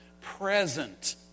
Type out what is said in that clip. present